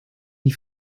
die